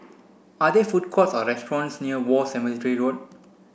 are there food courts or restaurants near War Cemetery Road